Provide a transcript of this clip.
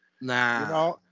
Nah